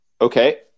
Okay